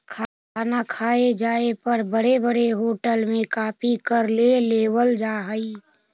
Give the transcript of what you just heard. खाना खाए जाए पर बड़े बड़े होटल में काफी कर ले लेवल जा हइ